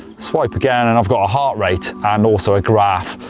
swipe again and i've got a heart rate and also a graph.